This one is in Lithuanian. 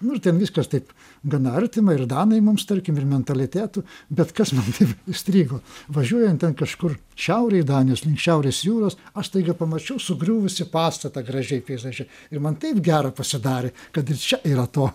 nu ir ten viskas taip gana artima ir danai mums tarkim ir mentalitetu bet kas man taip įstrigo važiuojant ten kažkur šiaurėj danijos šiaurės jūros aš staiga pamačiau sugriuvusį pastatą gražiai peizaže ir man taip gera pasidarė kad ir čia yra to